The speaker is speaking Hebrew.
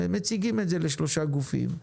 מציגים את זה לשלושה גופים,